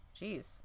Jeez